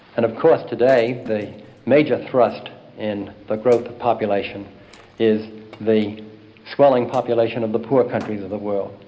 and of course today the major thrust in the growth of population is the swelling population of the poor countries of the world.